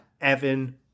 Evan